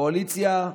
קואליציה,